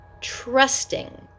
trusting